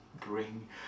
bring